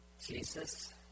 Jesus